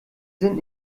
sind